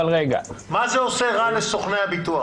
אבל רגע --- מה זה עושה רע לסוכני הביטוח?